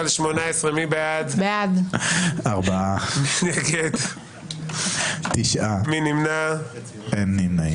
4 נגד, 8 נמנעים, אין לא אושרה.